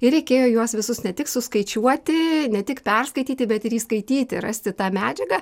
ir reikėjo juos visus ne tik suskaičiuoti ne tik perskaityti bet ir įskaityti rasti tą medžiagą